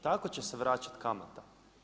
Tako će se vraćati kamata.